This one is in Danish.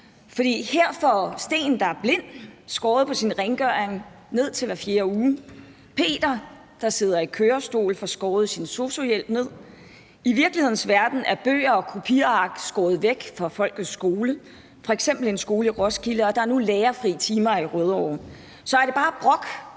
for her får Steen, der er blind, skåret ned i sin rengøring, så det er hver fjerde uge. Peter, der sidder i kørestol, får skåret ned på sin sosu-hjælp. I virkelighedens verden er bøger og kopiark skåret væk fra folkets skole, f.eks. på en skole i Roskilde, og der er nu lærerfri timer i Rødovre. Så er det bare brok,